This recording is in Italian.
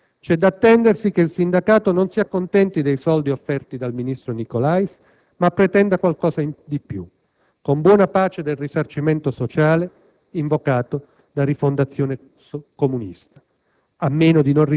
Anzi, c'è da attendersi che il sindacato non si accontenti dei soldi offerti dal ministro Nicolais, ma pretenda qualcosa in più, con buona pace del risarcimento sociale invocato da Rifondazione comunista